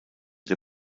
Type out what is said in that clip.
der